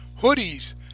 hoodies